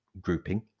grouping